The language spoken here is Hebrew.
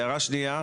הערה שנייה,